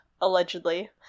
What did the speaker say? allegedly